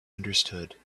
understood